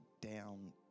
down